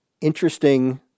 interesting